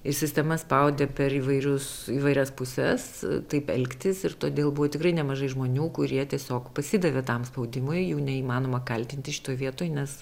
ir sistema spaudė per įvairius įvairias puses taip elgtis ir todėl buvo tikrai nemažai žmonių kurie tiesiog pasidavė tam spaudimui jų neįmanoma kaltinti šitoj vietoj nes